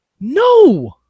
No